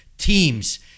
teams